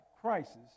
crisis